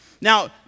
Now